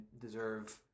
deserve